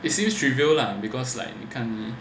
it seems trivial lah because like 你看你